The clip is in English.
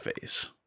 phase